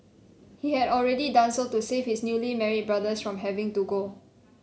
he had already done so to save his newly married brothers from having to go